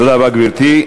תודה, גברתי.